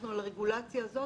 אנחנו על הרגולציה הזאת